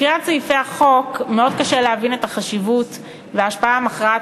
מקריאת סעיפי החוק מאוד קשה להבין את החשיבות ואת ההשפעה המכרעת